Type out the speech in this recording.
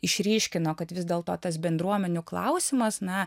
išryškino kad vis dėl to tas bendruomenių klausimas na